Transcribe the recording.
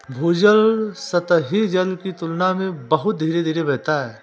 भूजल सतही जल की तुलना में बहुत धीरे धीरे बहता है